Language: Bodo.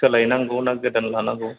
सोलायनांगौ ना गोदान लानांगौ